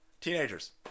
Teenagers